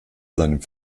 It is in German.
seinem